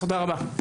תודה רבה.